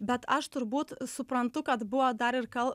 bet aš turbūt suprantu kad buvo dar ir kal